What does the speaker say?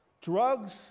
drugs